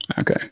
okay